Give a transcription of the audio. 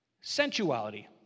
sensuality